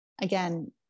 again